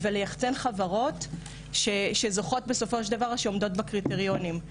וגם לפרסם וליחצ"ן חברות שזוכות בסופו של דבר ושעומדות בקריטריונים,